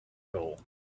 goal